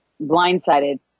blindsided